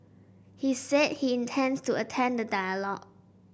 he said he intends to attend the dialogue